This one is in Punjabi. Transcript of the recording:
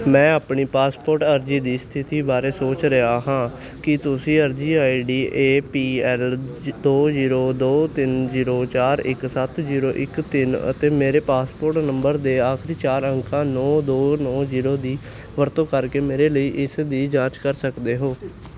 ਮੈਂ ਆਪਣੀ ਪਾਸਪੋਰਟ ਅਰਜ਼ੀ ਦੀ ਸਥਿਤੀ ਬਾਰੇ ਸੋਚ ਰਿਹਾ ਹਾਂ ਕੀ ਤੁਸੀਂ ਅਰਜ਼ੀ I D A P L ਦੋ ਜੀਰੋ ਦੋ ਤਿੰਨ ਜੀਰੋ ਚਾਰ ਇੱਕ ਸੱਤ ਜੀਰੋ ਇੱਕ ਤਿੰਨ ਅਤੇ ਮੇਰੇ ਪਾਸਪੋਰਟ ਨੰਬਰ ਦੇ ਆਖਰੀ ਚਾਰ ਅੰਕਾਂ ਨੌ ਦੋ ਨੌ ਜੀਰੋ ਦੀ ਵਰਤੋਂ ਕਰਕੇ ਮੇਰੇ ਲਈ ਇਸ ਦੀ ਜਾਂਚ ਕਰ ਸਕਦੇ ਹੋ